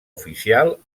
oficial